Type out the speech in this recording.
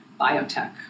biotech